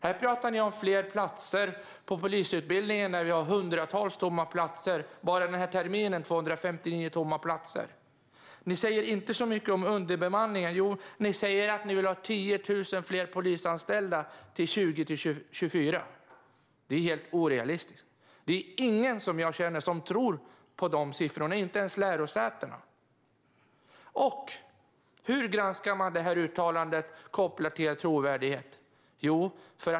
Här pratar ni om fler platser på polisutbildningen när det finns hundratals tomma platser. Den här terminen är det 250 tomma platser. Ni säger inte så mycket om underbemanningen. Jo, ni säger att ni vill ha 10 000 fler polisanställda till 2024. Det är helt orealistiskt. Ingen jag känner tror på de siffrorna, inte ens lärosätena. Hur granskar man det uttalandet kopplat till er trovärdighet?